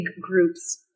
groups